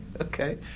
okay